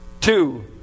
Two